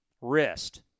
wrist